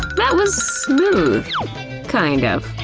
that was smooth kind of.